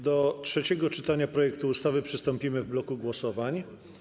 Do trzeciego czytania projektu ustawy przystąpimy w bloku głosowań.